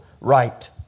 right